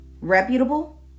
reputable